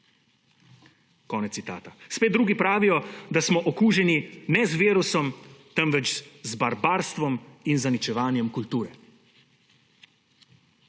Konec citata. Spet drugi pravijo, da smo okuženi ne z virusom, temveč z barbarstvom in zaničevanjem kulture.